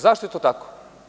Zašto je to tako?